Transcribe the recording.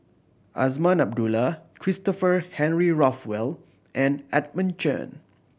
Azman Abdullah Christopher Henry Rothwell and Edmund Chen